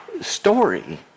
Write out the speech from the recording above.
story